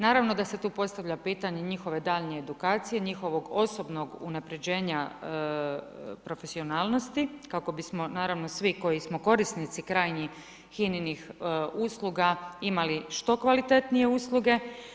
Naravno da se tu postavlja pitanje njihove daljnje edukacije, njihovog osobnog unapređenja profesionalnosti kako bismo naravno svi koji smo korisnici krajnji HINA-inih usluga imali što kvalitetnije usluge.